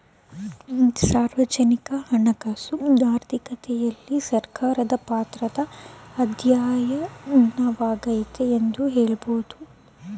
ಸಾರ್ವಜನಿಕ ಹಣಕಾಸು ಆರ್ಥಿಕತೆಯಲ್ಲಿ ಸರ್ಕಾರದ ಪಾತ್ರದ ಅಧ್ಯಯನವಾಗೈತೆ ಎಂದು ಹೇಳಬಹುದು